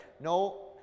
No